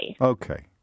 Okay